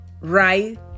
right